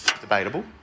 Debatable